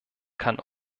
kann